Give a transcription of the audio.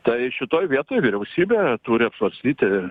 tai šitoj vietoj vyriausybė turi apsvarstyti